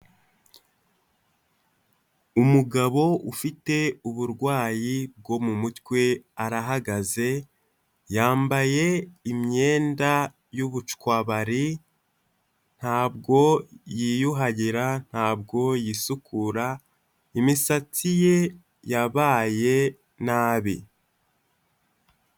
Umugabo ufite uburwayi bwo mu mutwe arahagaze, yambaye imyenda y'ubucwabari, ntabwo yiyuhagira, ntabwo yisukura, imisatsi ye yabaye nabi.